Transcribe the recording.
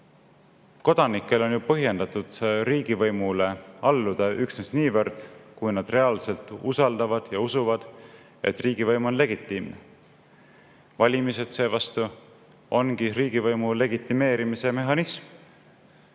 Kodanikel on ju põhjendatud riigivõimule alluda üksnes niivõrd, kuivõrd nad reaalselt usaldavad ja usuvad, et riigivõim on legitiimne. Valimised seevastu ongi riigivõimu legitimeerimise mehhanism.